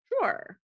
Sure